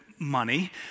Money